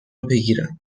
بگیرم